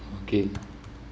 okay